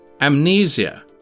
amnesia